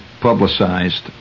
publicized